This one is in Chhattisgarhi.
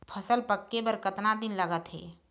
फसल पक्के बर कतना दिन लागत हे?